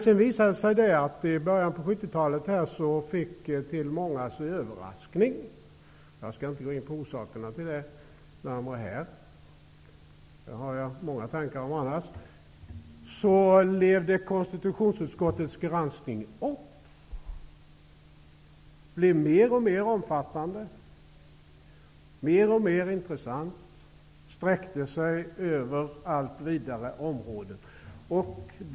Det visade sig sedan att konstitutionsutskottets granskning till mångas förvåning levde upp i början på 70-talet. Jag skall inte närmare här gå in på orsakerna till det -- det har jag många tankar om annars. Den blev mer och mer omfattande, mer och mer intressant och stäckte sig över allt vidare områden.